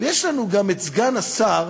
יש לנו גם את סגן השר